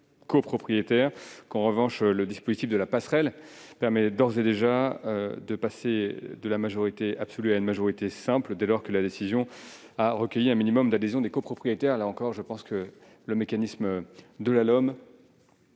copropriétaire. En revanche, le dispositif de la passerelle permet d'ores et déjà de passer de la majorité absolue à une majorité simple, dès lors que la décision a recueilli un minimum d'adhésions des copropriétaires. Le mécanisme de la LOM